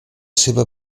seva